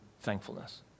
thankfulness